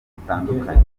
zitandukanye